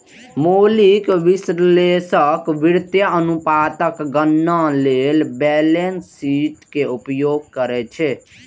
मौलिक विश्लेषक वित्तीय अनुपातक गणना लेल बैलेंस शीट के उपयोग करै छै